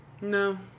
No